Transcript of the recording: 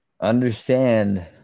Understand